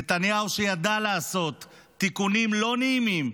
נתניהו שידע לעשות תיקונים לא נעימים,